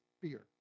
fear